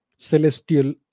Celestial